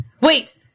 Wait